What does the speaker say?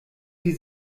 sie